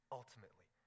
ultimately